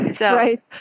Right